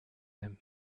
him